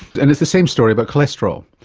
and it's the same story about cholesterol.